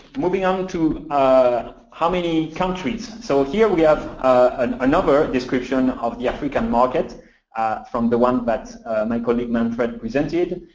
moving onto how many countries. so here we have and another description of the african market from the one that but my colleague, manfred, presented.